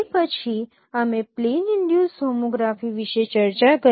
તે પછી અમે પ્લેન ઈનડ્યુસ હોમોગ્રાફી વિશે ચર્ચા કરી